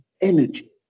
energy